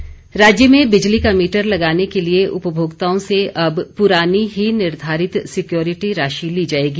सुखराम चौधरी राज्य में बिजली का मीटर लगाने के लिए उपभोक्ताओं से अब पुरानी ही निर्धारित सिक्योरिटी राशि ली जाएगी